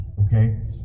Okay